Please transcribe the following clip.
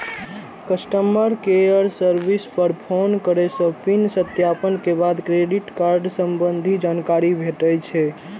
customer care service पर phone करै सं पिन सत्यापन के बाद क्रेडिट कार्ड संबंधी जानकारी भेटै छै